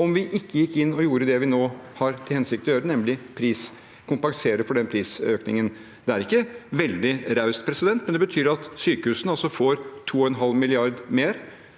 om vi ikke gikk inn og gjorde det vi nå har til hensikt å gjøre, nemlig å kompensere for den prisøkningen. Det er ikke veldig raust, men det betyr at sykehusene altså får kom pensert med